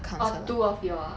orh two of y'all ah